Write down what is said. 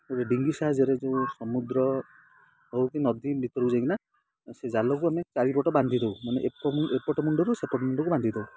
ଗୋଟେ ଡିଙ୍ଗୀ ସାହାଯ୍ୟରେ ଯେଉଁ ସମୁଦ୍ର ହଉ କି ନଦୀ ଭିତରକୁ ଯାଇକିନା ସେ ଜାଲକୁ ଆମେ ଚାରିପଟ ବାନ୍ଧି ଦଉ ମାନେ ଏପଟ ମୁଣ୍ଡରୁ ସେପଟ ମୁଣ୍ଡକୁ ବାନ୍ଧି ଦଉ